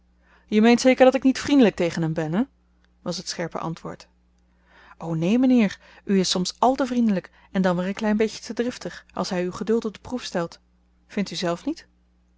je meent zeker dat ik niet vriendelijk tegen hem ben hè was het scherpe antwoord o neen mijnheer u is soms àl te vriendelijk en dan weer een klein beetje te driftig als hij uw geduld op de proef stelt vindt u zelf niet